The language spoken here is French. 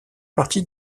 partie